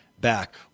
back